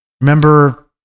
Remember